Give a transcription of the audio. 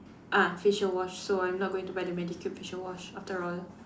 ah facial wash so I'm not gonna buy the Medicube facial wash after all